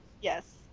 Yes